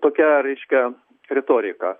tokia reiškia retorika